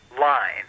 line